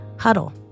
Huddle